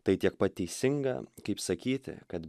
tai tiek pat teisinga kaip sakyti kad